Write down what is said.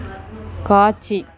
காட்சி